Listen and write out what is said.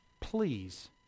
please